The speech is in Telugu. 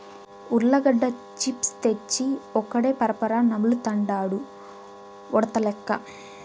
ఉర్లగడ్డ చిప్స్ తెచ్చి ఒక్కడే పరపరా నములుతండాడు ఉడతలెక్క